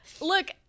look